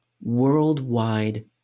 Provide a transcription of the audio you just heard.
worldwide